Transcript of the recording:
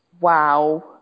Wow